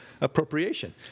appropriation